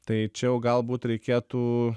tai čia jau galbūt reikėtų